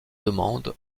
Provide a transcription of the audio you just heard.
demande